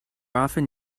often